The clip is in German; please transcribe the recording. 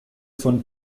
von